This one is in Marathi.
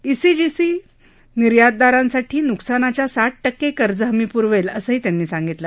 ईसीजीसी निर्यातदारांसाठी नुकसानाच्या साठ टक्के कर्ज हमी पुरवेल असंही त्यांनी सांगितलं